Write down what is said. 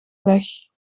weg